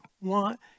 want